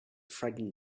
frightened